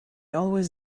always